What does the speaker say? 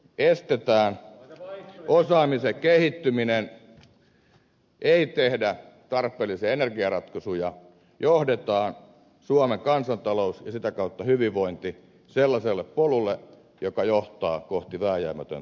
arhinmäen linjauksilla millä estetään osaamisen kehittyminen eikä tehdä tarpeellisia energiaratkaisuja johdetaan suomen kansantalous ja sitä kautta hyvinvointi sellaiselle polulle joka johtaa kohti vääjäämätöntä tuhoa